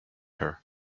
her